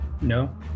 no